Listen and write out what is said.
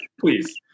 please